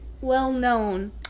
well-known